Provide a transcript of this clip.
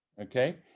okay